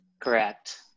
Correct